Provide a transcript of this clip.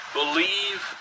believe